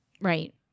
Right